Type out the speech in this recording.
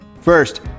First